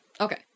Okay